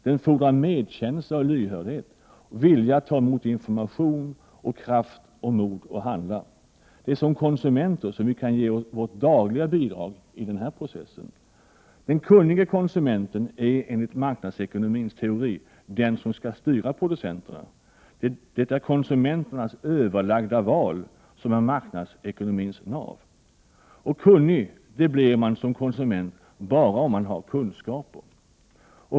Den fordrar medkänsla och lyhördhet — vilja att ta emot information och kraft och mod att handla. Det är som konsumenter som vi också kan ge vårt dagliga bidrag i denna process. Den kunnige konsumenten är enligt marknadsekonomins teori den som skall styra producenterna. Det är konsumenternas överlagda val som är marknadsekonomins nav. Kunnig blir man som konsument bara om man har kunskaper.